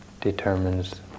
determines